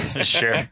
Sure